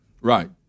Right